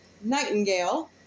Nightingale